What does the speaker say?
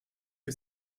que